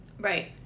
Right